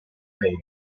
legge